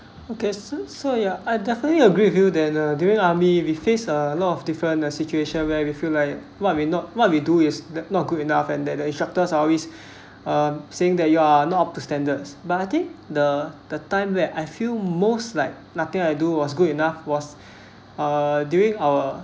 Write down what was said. okay so so ya I definitely agree with you that uh during army we faced a lot of different situation where we feel like what may not what we do is not good enough and that the instructors always uh saying that you are not up to standards but I think the the time where I feel most like nothing I do was good enough was uh during our